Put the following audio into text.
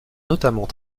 notamment